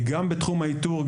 גם בתחום האיתור,